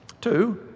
Two